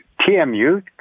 TMU